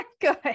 good